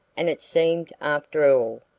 and it seemed, after all,